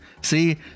See